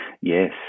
Yes